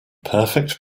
perfect